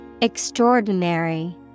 Extraordinary